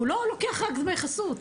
הוא לא לוקח רק דמי חסות,